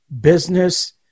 business